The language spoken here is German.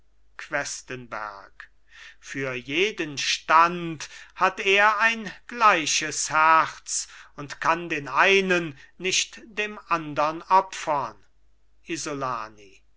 questenberg für jeden stand hat er ein gleiches herz und kann den einen nicht dem andern opfern isolani